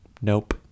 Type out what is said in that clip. Nope